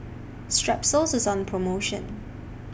Strepsils IS on promotion